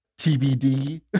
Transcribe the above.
TBD